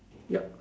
yup